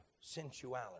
sensuality